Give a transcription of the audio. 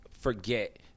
forget